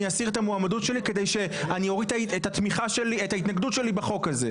אסיר את המועמדות שלי כדי שאני אוריד את ההתנגדות שלי לחוק הזה.